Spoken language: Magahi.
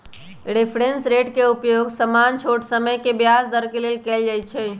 रेफरेंस रेट के उपयोग सामान्य छोट समय के ब्याज दर के लेल कएल जाइ छइ